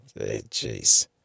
Jeez